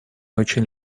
очень